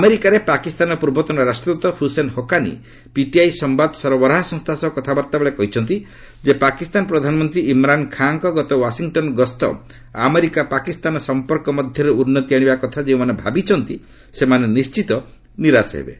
ଆମେରିକାରରେ ପାକିସ୍ତାନର ପୂର୍ବତନ ରାଷ୍ଟ୍ରଦ୍ଦତ ହୃସେନ୍ ହକାନି ପିଟିଆଇ ସମ୍ଭାଦ ସରବରାହ ସହ କଥାବାର୍ଭା ବେଳେ କହିଛନ୍ତି ଯେ ପାକିସ୍ତାନ ପ୍ରଧାନମନ୍ତ୍ରୀ ଇମ୍ରାନ୍ ଖାଁଙ୍କ ଗତ ୱାଶିଂଟନ୍ ଗସ୍ତ ଅମେରିକା ପାକିସ୍ତାନ ସମ୍ପର୍କ ମଧ୍ୟରେ ଉନ୍ନତି ଆଶିଥିବା କଥା ଯେଉଁମାନେ ଭାବିଛନ୍ତି ସେମାନେ ନିଣ୍ଚିତ ନିରାଶ ହେବେ